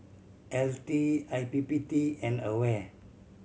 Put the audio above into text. L T I P P T and AWARE